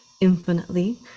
infinitely